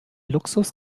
luxus